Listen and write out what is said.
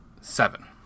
seven